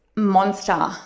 monster